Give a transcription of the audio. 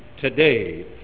today